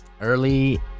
early